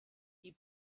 die